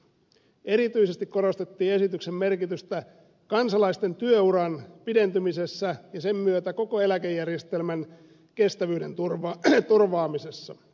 erityisesti korostettiin esityksen merkitystä kansalaisten työuran pidentymisessä ja sen myötä koko eläkejärjestelmän kestävyyden turvaamisessa